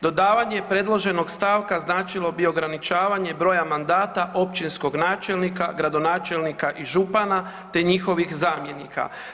Dodavanje predloženog stavka značilo bi ograničavanje broja mandata općinskog načelnika, gradonačelnika i župana, te njihovih zamjenika.